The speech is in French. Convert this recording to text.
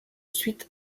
suite